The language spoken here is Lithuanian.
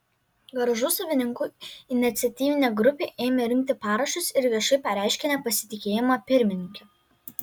garažų savininkų iniciatyvinė grupė ėmė rinkti parašus ir viešai pareiškė nepasitikėjimą pirmininke